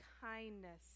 kindness